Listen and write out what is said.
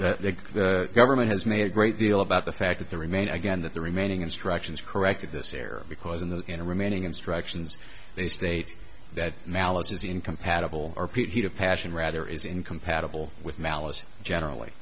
that the government has made a great deal about the fact that the remain again that the remaining instructions corrected this error because in the interim remaining instructions they state that malice is incompatible arpita passion rather is incompatible with malice generally